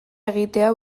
egitea